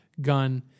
gun